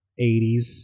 80s